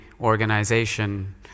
organization